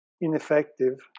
ineffective